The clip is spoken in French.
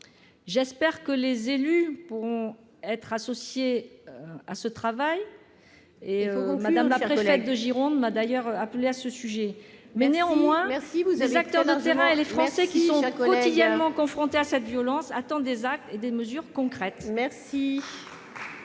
J'espère que les élus pourront être associés à ce travail. La préfète de Gironde m'a d'ailleurs appelée à ce sujet. Il faut conclure ! Néanmoins, les acteurs de terrain et les Français qui sont quotidiennement confrontés à cette violence attendent des actes et des mesures concrètes